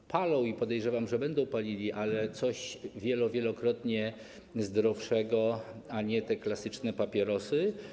Oni palą i podejrzewam, że będą palili, ale coś wielo-, wielokrotnie zdrowszego, a nie te klasyczne papierosy.